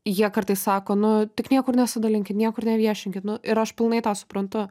jie kartais sako nu tik niekur nesidalinkit niekur neviešinkit nu ir aš pilnai tą suprantu